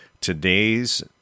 Today's